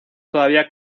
todavía